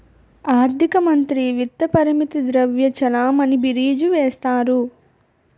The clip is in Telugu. ఆర్థిక మంత్రి విత్త పరపతి ద్రవ్య చలామణి బీరీజు వేస్తారు